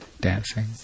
dancing